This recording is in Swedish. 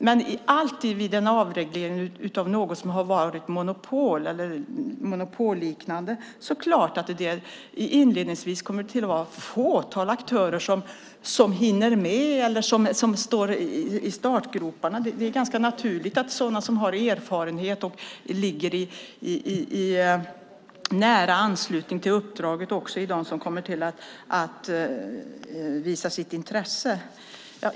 Men vid en avreglering av något som har varit ett monopol eller monopolliknande är det klart att det alltid inledningsvis kommer att vara ett fåtal aktörer som hinner med eller som står i startgroparna. Det är ganska naturligt att sådana som har erfarenhet och ligger i nära anslutning till uppdraget också är de som kommer att visa sitt intresse.